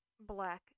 black